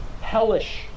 hellish